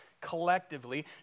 collectively